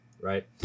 right